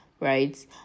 right